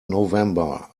november